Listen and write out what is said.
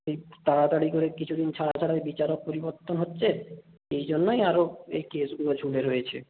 এই তাড়াতাড়ি করে কিছু দিন ছাড়া ছাড়াই বিচারক পরিবর্তন হচ্ছে সেই জন্যই আরও এই কেসগুলো ঝুলে রয়েছে